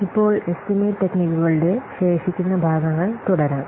ഇപ്പോൾ എസ്റ്റിമേറ്റ് ടെക്നിക്കുകളുടെ ശേഷിക്കുന്ന ഭാഗങ്ങൾ തുടരാം